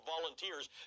volunteers